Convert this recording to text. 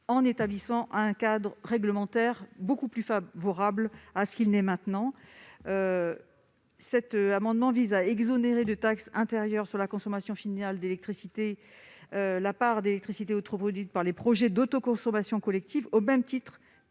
en établissant un cadre réglementaire beaucoup plus favorable qu'actuellement. L'amendement vise à exonérer de taxe intérieure sur la consommation finale d'électricité la part d'électricité autoproduite par les projets d'autoconsommation collective au même titre que